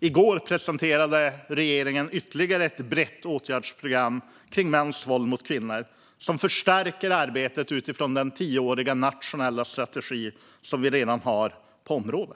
I går presenterade regeringen ytterligare ett brett åtgärdsprogram kring mäns våld mot kvinnor som förstärker arbetet utifrån den tioåriga nationella strategi som vi redan har på området.